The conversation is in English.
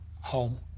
Home